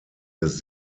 des